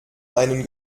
einen